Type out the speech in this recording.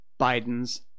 Biden's